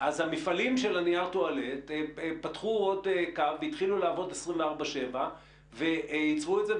מפעלי נייר הטואלט פתחו עוד קו והתחילו לעבוד 24/7 וייצרו את זה.